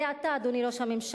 זה אתה, אדוני ראש הממשלה.